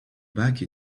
bike